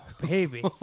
Baby